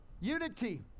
unity